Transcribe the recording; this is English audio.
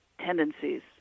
tendencies